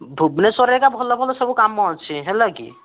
ଭୁବନେଶ୍ୱରେ ଏକା ଭଲ ଭଲ ସବୁ କାମ ଅଛି ହେଲାକି